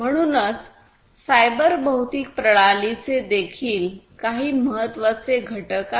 म्हणूनच सायबर भौतिक प्रणालीचे देखील काही महत्त्वाचे घटक आहेत